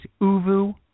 Uvu